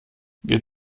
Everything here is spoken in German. wir